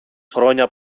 χρόνια